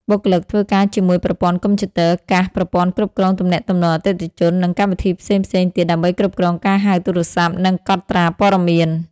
បុគ្គលិកធ្វើការជាមួយប្រព័ន្ធកុំព្យូទ័រ កាស ប្រព័ន្ធគ្រប់គ្រងទំនាក់ទំនងអតិថិជន និងកម្មវិធីផ្សេងៗទៀតដើម្បីគ្រប់គ្រងការហៅទូរស័ព្ទ និងកត់ត្រាព័ត៌មាន។